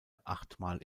achtmal